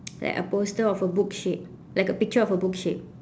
like a poster of a book shape like a picture of a book shape